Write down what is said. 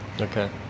Okay